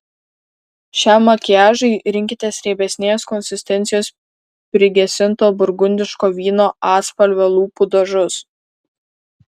šiam makiažui rinkitės riebesnės konsistencijos prigesinto burgundiško vyno atspalvio lūpų dažus